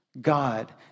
God